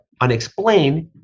unexplained